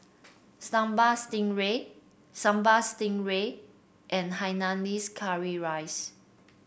Sambal Stingray Sambal Stingray and Hainanese Curry Rice